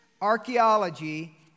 archaeology